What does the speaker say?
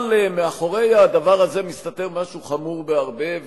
אבל מאחורי הדבר הזה מסתתר משהו חמור בהרבה,